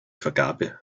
vergabe